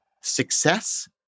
success